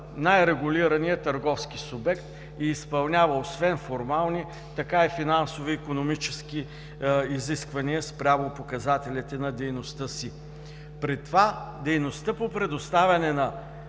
най-регулираният търговски субект и изпълнява освен формални, така и финансови и икономически изисквания спрямо показателите на дейността си. При това дейността по предоставяне на